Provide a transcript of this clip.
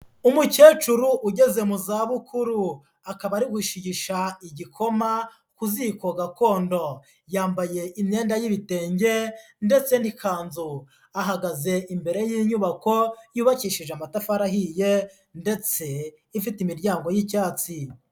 Umukecuru ugeze mu za bukuru, akaba ari gushigisha igikoma ku ziko gakondo, yambaye imyenda y'ibitenge ndetse n'ikanzu, ahagaze imbere y'inyubako yubakishije amatafari ahiye ndetse ifite imiryango y'icyatsi.